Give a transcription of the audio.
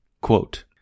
Quote